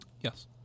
Yes